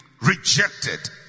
rejected